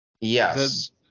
Yes